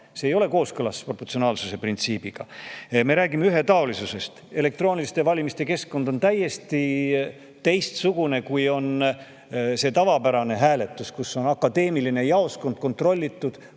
See ei ole kooskõlas proportsionaalsuse printsiibiga. Me räägime ühetaolisusest. Elektrooniliste valimiste keskkond on täiesti teistsugune, kui on see tavapärane hääletus, kus on akadeemiline jaoskond, [kõik on] kontrollitud,